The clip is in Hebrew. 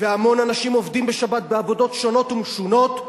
והמון אנשים עובדים בשבת בעבודות שונות ומשונות,